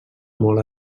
molt